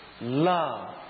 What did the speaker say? love